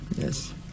Yes